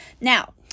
Now